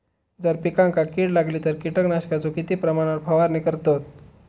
जर पिकांका कीड लागली तर कीटकनाशकाचो किती प्रमाणावर फवारणी करतत?